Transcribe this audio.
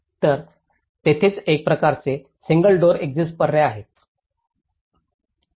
तर तिथेच एक प्रकारचा सिंगल डोर एक्सिट पर्याय आहे